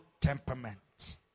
temperament